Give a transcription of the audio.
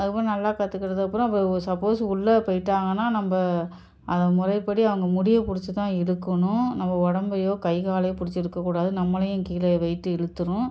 அதுக்கப்புறம் நல்லா கற்றுக்கிட்டதுக்கப்பறம் சப்போஸ் உள்ளேப் போய்விட்டாங்கன்னா நம்ப அதை முறைப்படி அவங்க முடியப் பிடிச்சு தான் இழுக்கணும் நம்ப உடம்பையோ கை காலையோ பிடிச்சு இழுக்கக்கூடாது நம்மளையும் கீழே வெயிட்டு இழுத்துரும்